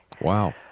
Wow